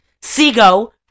Seago